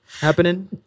happening